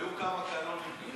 היו כמה קנוניים.